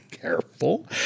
Careful